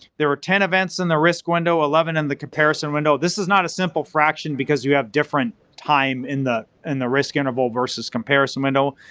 there were ten events in the risk window, eleven in the comparison window, this is not a simple fraction because we have different time in the and the risk interval versus comparison window,